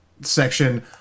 section